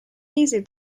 easy